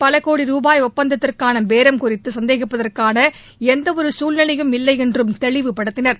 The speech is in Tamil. பலகோடி சூபாய் ஒப்பந்தத்திற்கான பேரம் குறித்து சந்தேகிப்பதற்கான எந்தவொரு சூழ்நிவையும் இல்லை என்றும் தெளிவுபடுத்தினர்